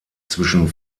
zwischen